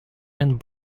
and